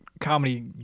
Comedy